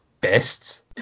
best